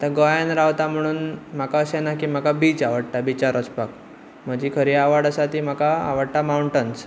आतां गोंयांत रावता म्हणून म्हाका अशें ना की म्हाका बीच आवडटा बीचार वचपाक म्हजी खरी आवड आसा ती म्हाका आवडटा माउंटेन्स